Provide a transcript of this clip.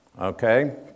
Okay